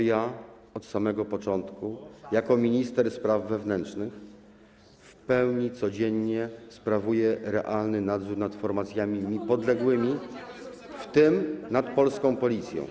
To ja od samego początku jako minister spraw wewnętrznych codziennie w pełni sprawuję realny nadzór nad formacjami mi podległymi, w tym nad polską Policją.